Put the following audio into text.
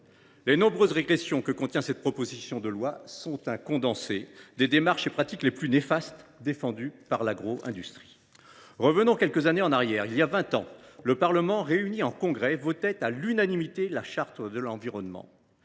Les nombreuses régressions que contient cette proposition de loi sont un condensé des démarches et pratiques les plus néfastes défendues par l’agro industrie. Revenons quelques années en arrière. Il y a vingt ans, le Parlement, réuni en Congrès, votait à l’unanimité la Charte de l’environnement.